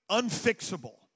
unfixable